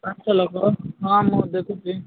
ପାଞ୍ଚ ଲୋକ ହଁ ମୁଁ ଦେଖୁଛି